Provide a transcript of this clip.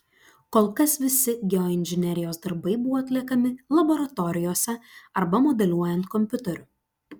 kol kas visi geoinžinerijos darbai buvo atliekami laboratorijose arba modeliuojant kompiuteriu